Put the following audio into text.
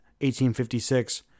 1856